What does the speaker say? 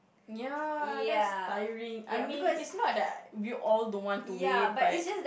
ya that's tiring I mean it's not like we all don't want to wait but